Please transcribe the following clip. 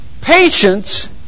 Patience